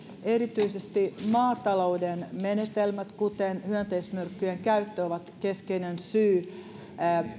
erityisesti maatalouden menetelmät kuten hyönteismyrkkyjen käyttö ovat keskeinen syy